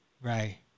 Right